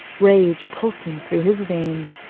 rage pulsing through his veins,